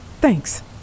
Thanks